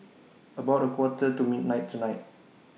about A Quarter to midnight tonight